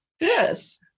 Yes